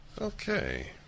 Okay